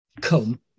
come